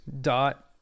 .dot